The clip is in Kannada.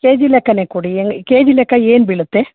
ಕೆಜಿ ಲೆಕ್ಕನೇ ಕೊಡಿ ಹೆಂಗ್ ಕೆಜಿ ಲೆಕ್ಕ ಏನು ಬೀಳುತ್ತೆ